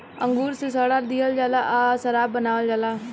अंगूर के सड़ा दिहल जाला आ शराब बनावल जाला